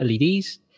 LEDs